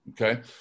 okay